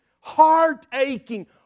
heart-aching